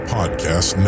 Podcast